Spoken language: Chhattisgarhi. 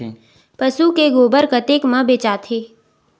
पशु के गोबर कतेक म बेचाथे?